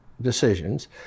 decisions